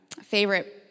favorite